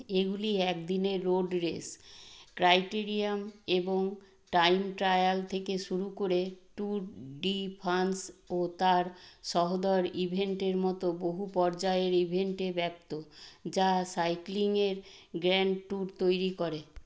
এগুলি একদিনের road race criterion এবং টাইম ট্রায়াল থেকে শুরু করে ট্যুর ডি ফ্রান্স ও তার সহোদর ইভেন্টের মতো বহু পর্যায়ের ইভেন্টে ব্যপ্ত যা সাইক্লিংয়ের গ্র্যান্ড ট্যুর তৈরি করে